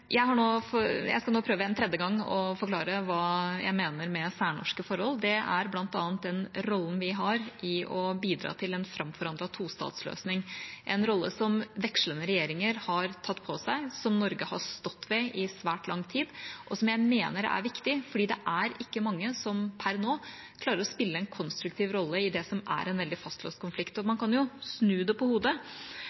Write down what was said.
Jeg skal nå prøve en tredje gang å forklare hva jeg mener med særnorske forhold. Det er bl.a. den rollen vi har i å bidra til en framforhandlet tostatsløsning – en rolle som vekslende regjeringer har tatt på seg, som Norge har stått ved i svært lang tid, og som jeg mener er viktig, fordi det ikke er mange som per nå klarer å spille en konstruktiv rolle i det som er en veldig fastlåst konflikt. Man kan jo snu det på hodet og